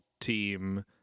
team